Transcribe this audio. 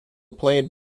played